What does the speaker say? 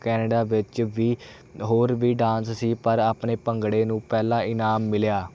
Canada ਵਿੱਚ ਵੀ ਹੋਰ ਵੀ ਡਾਂਸ ਸੀ ਪਰ ਆਪਣੇ ਭੰਗੜੇ ਨੂੰ ਪਹਿਲਾ ਇਨਾਮ ਮਿਲਿਆ